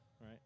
right